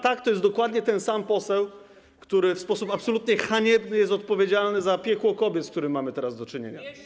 Tak, to jest dokładnie ten sam poseł, który w sposób absolutnie haniebny jest odpowiedzialny za piekło kobiet, z którym mamy teraz do czynienia.